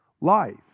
life